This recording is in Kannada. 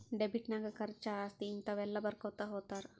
ಡೆಬಿಟ್ ನಾಗ್ ಖರ್ಚಾ, ಆಸ್ತಿ, ಹಿಂತಾವ ಎಲ್ಲ ಬರ್ಕೊತಾ ಹೊತ್ತಾರ್